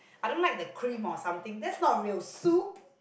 I don't like the cream of something that's not real soup